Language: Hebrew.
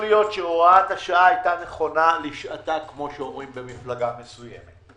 לפני הוראת השעה היה מצב שבשיקול של הבטחת הכנסה ומענק עבודה,